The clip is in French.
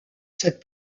cette